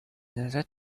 назад